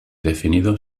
definido